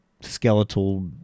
skeletal